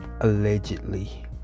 allegedly